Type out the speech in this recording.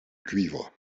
cuivre